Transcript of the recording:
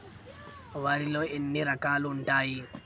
వరిలో ఎన్ని రకాలు ఉంటాయి?